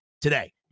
today